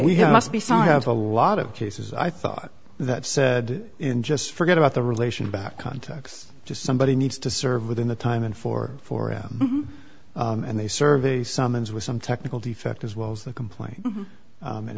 some have a lot of cases i thought that said in just forget about the relation back contacts to somebody needs to serve within the time and for four am and they serve a summons with some technical defect as well as the complaint